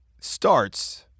starts